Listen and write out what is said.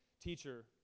Teacher